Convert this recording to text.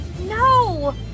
No